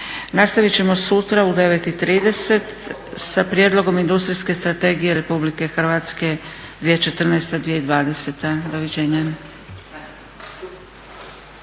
Nastavit ćemo sutra u 9,30 sa prijedlogom Industrijske strategije Republike Hrvatske 2014.-2020. Doviđenja.